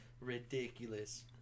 Ridiculous